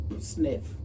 sniff